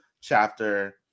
chapter